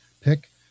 pick